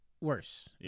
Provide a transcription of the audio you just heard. worse